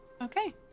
Okay